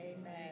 Amen